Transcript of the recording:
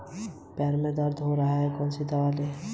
मैं पॉलिसी कहाँ से खरीदूं?